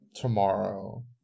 tomorrow